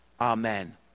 Amen